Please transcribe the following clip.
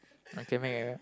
I can a